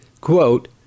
quote